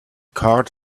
card